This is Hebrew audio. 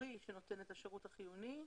הציבורי נותן השירות החיוני,